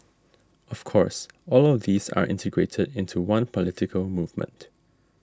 of course all of these are integrated into one political movement